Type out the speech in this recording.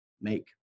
make